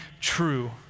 true